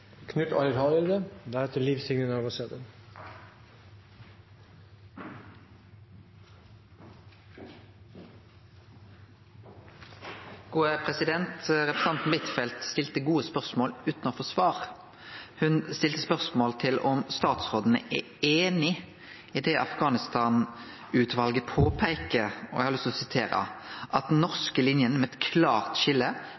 Representanten Huitfeldt stilte gode spørsmål utan å få svar. Ho stilte spørsmål om statsråden er einig i det Afghanistan-utvalet peiker på, og eg har lyst til å sitere: